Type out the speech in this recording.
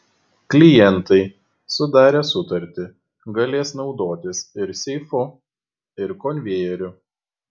klientai sudarę sutartį galės naudotis ir seifu ir konvejeriu